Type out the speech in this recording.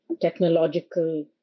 technological